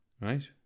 right